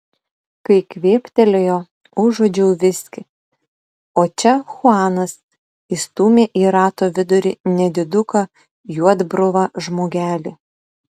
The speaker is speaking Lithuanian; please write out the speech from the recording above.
kai kvėptelėjo užuodžiau viskį o čia chuanas įstūmė į rato vidurį nediduką juodbruvą žmogelį